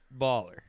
baller